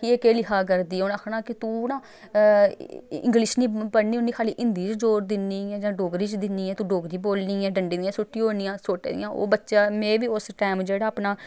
कि एह् केह् लिखा करदी उ'नें आखना कि तूं ना इंग्लिश निं पढ़नी होन्नी खाल्ली हिंदी च जोर दिन्नीं जां डोगरी च दिन्नी ऐ तूं डोगरी बोलनी ऐ डंडे दियां सुट्टी ओड़नियां सोटे दियां ओह् बच्चा में बी उस टैम जेह्ड़ा अपना